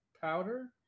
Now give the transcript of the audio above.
powder